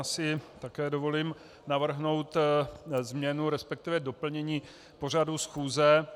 Já si také dovolím navrhnout změnu, resp. doplnění pořadu schůze.